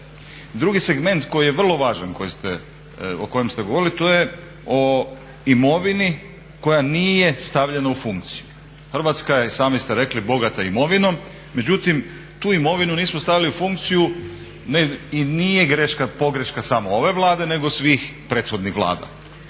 Drugi segment koji je vrlo važan o kojem ste govorili, to je o imovini koja nije stavljena u funkciju. Hrvatska je sami ste rekli bogata imovinom, međutim, tu imovinu nismo stavili u funkciju i nije pogreška samo ove Vlade nego svih prethodnih Vlada.